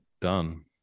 done